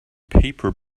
paper